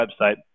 website